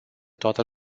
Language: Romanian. toată